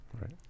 right